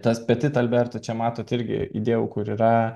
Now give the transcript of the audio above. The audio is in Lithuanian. tas petit albert va čia matote irgi įdėjau kur yra